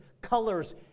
Colors